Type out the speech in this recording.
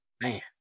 Man